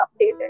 updated